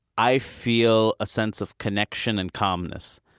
i feel a sense of connection and calmness.